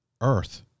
Earth